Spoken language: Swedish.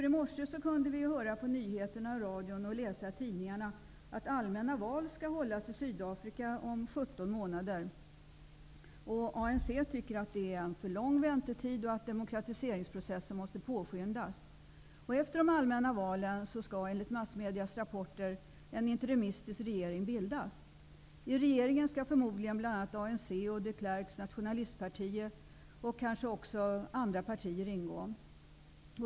I morse kunde vi höra på nyheterna i radion och läsa i tidningarna att allmänna val skall hållas i Sydafrika om 17 månader. ANC tycker att det är för lång väntetid och att demokratiseringsprocessen måste påskyndas. Efter de allmänna valen skall, enligt massmedias rapporter, en interimistisk regering bildas. I regeringen skall förmodligen bl.a. ANC och de Klerks nationalistparti och kanske även andra partier ingå.